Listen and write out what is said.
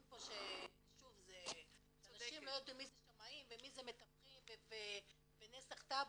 פה שאנשים לא ידעו מי זה שמאים ומי זה מתווכים ונסח טאבו,